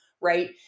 right